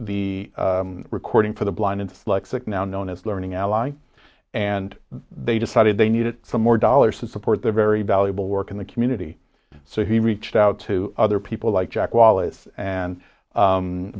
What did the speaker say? the recording for the blind influx of now known as learning ally and they decided they needed some more dollars to support their very valuable work in the community so he reached out to other people like jack wallace and